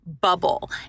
bubble